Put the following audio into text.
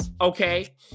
Okay